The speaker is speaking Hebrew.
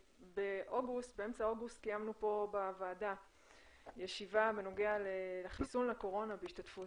באמצע אוגוסט קיימנו פה בוועדה ישיבה בנוגע לחיסון לקורונה בהשתתפות